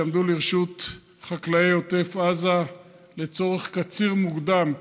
שקלים שיעמדו לרשות חקלאי עוטף עזה לצורך קציר מוקדם,